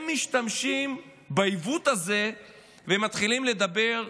הם משתמשים בעיוות הזה ומתחילים לדבר,